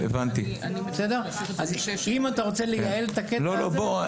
אם אתה רוצה לייעל את הקטע הזה, זה נורא פשוט.